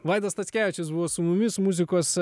vaidas stackevičius buvo su mumis muzikos